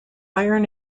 iron